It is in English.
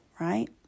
right